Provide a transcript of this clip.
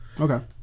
okay